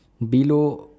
below